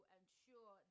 ensure